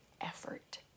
effort